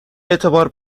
اعتبار